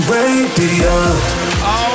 Radio